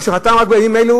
או שחתם רק בימים אלו,